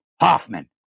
Hoffman